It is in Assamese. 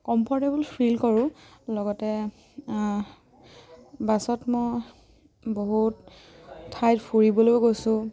কমফৰ্টেবল ফিল কৰোঁ লগতে বাছত মই বহুত ঠাইত ফুৰিবলৈও গৈছোঁ